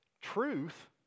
Truth